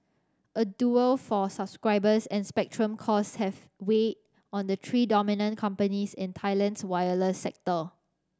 a duel for subscribers and spectrum costs have weighed on the three dominant companies in Thailand's wireless sector